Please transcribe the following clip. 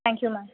thank you ma'am